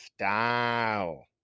style